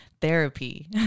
therapy